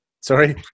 Sorry